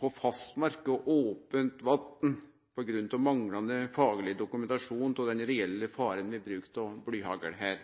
på fastmark og ope vatn på grunn av manglande fagleg dokumentasjon av den reelle faren ved bruk av blyhagl her.